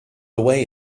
away